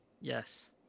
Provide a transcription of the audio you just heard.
Yes